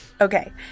Okay